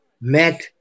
met